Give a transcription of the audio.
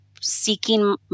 seeking